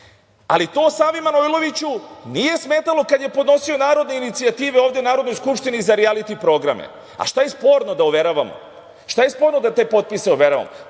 Savi Manojloviću nije smetalo kad je podnosio narodne inicijative ovde u Narodnoj skupštini za rijaliti programe, a šta je sporno da overavamo? Šta je sporno da te potpise overavamo?